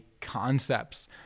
concepts